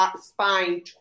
spine